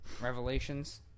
Revelations